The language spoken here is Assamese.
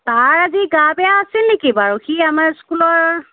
তাৰ আজি গা বেয়া আছিল নেকি বাৰু সি আমাৰ স্কুলৰ